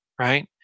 right